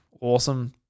Awesome